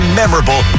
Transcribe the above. memorable